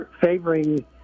favoring